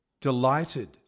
delighted